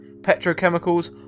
petrochemicals